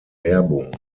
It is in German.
werbung